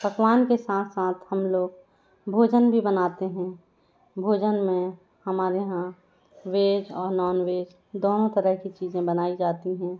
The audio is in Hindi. पकवान के साथ साथ हम लोग भोजन भी बनाते हैं भोजन में हमारे यहाँ वेज और नॉन वेज दोनों तरह की चीज़ें बनाई जाती हैं